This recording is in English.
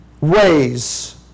ways